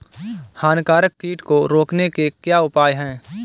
हानिकारक कीट को रोकने के क्या उपाय हैं?